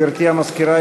גברתי המזכירה,